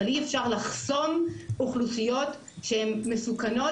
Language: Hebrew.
אבל אי אפשר לחסום אוכלוסיות שהן מסוכנות,